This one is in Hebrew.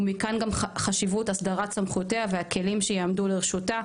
ומכאן גם חשיבות הסדרת סמכויותיה והכלים שיעמדו לרשותה.